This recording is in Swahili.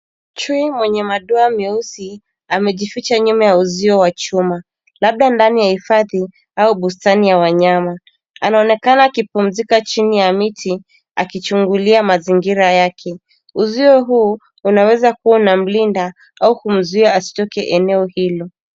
Chui mwenye madoa meusi amejificha nyuma ya uzio wa chuma labda ndani ya hifadhi au bustani ya wanyama .Anaonekana akipumzika chini ya miti akichungulia mazingira yake. Uzio huu unaweza kuwa unamlinda au kumzuia asitoke eneo hilo.